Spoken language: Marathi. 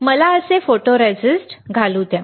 तर मला असे फोटोरेस्टिस्ट घालू द्या